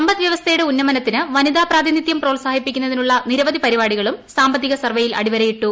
സമ്പദ്വ്യവസ്ഥയുടെ ഉന്നമനത്തിന് വനിതാ പ്രാതിനിധ്യം പ്രോത്സാഹിപ്പിക്കുന്നതിനുള്ള നിരവധി പരിപാടികളും സാമ്പത്തിക സർവേയിൽ അടിവരയിട്ടു